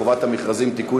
חובת המכרזים (תיקון,